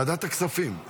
ועדת הכספים.